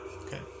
Okay